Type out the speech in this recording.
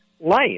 life